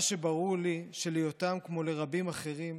מה שברור לי שליותם, כמו לרבים אחרים,